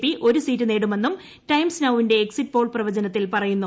P ഒരു seat നേടുമെന്നും times നൌവിന്റെ എക്സിറ്റ് പോൾ പ്രവചനത്തിൽ പറയുന്നു